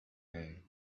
man